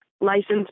licensed